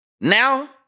Now